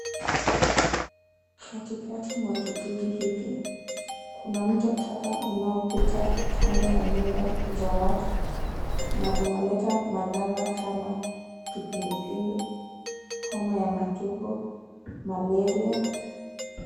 Katikati mwa kijiji hiki kuna mto taka unaopita kando ya nyumba za watu, na unaleta madhara kama vile kipindupindu, homa ya matumbo, malaria.